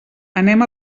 anem